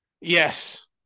Yes